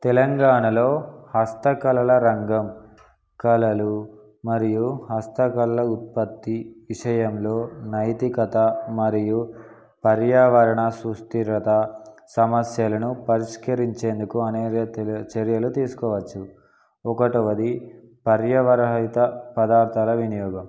తెలంగాణలో హస్తకళల రంగం కళలు మరియు హస్తకళల ఉత్పత్తి విషయంలో నైతికత మరియు పర్యావరణ సుస్థరత సమస్యలను పరిష్కరించేందుకు అనేక చర్యలు తీసుకోవచ్చు ఒకటవది పర్యావరహిత పదార్థాల వినియోగం